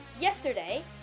Yesterday